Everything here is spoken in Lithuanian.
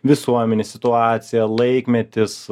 visuomenė situacija laikmetis